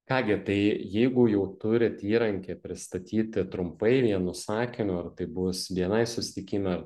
ką gi tai jeigu jau turit įrankį pristatyti trumpai vienu sakiniu ar tai bus bni susitikime